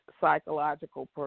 psychological